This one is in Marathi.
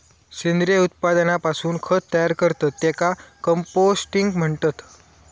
सेंद्रिय उत्पादनापासून खत तयार करतत त्येका कंपोस्टिंग म्हणतत